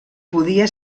podia